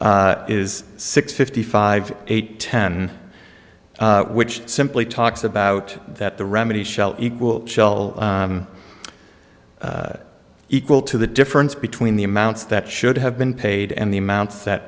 cited is six fifty five eight ten which simply talks about that the remedy shell equal shell equal to the difference between the amounts that should have been paid and the amounts that